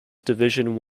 division